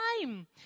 time